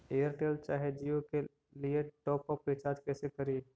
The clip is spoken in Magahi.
एयरटेल चाहे जियो के लिए टॉप अप रिचार्ज़ कैसे करी?